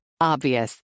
Obvious